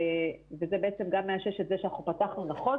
וזה בעצם גם מאשש את זה שאנחנו פתחנו נכון,